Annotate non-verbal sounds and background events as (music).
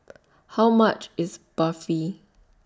(noise) How much IS Barfi